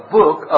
book